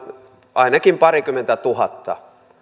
ainakin parikymmentätuhatta